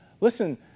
listen